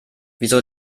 wieso